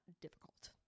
difficult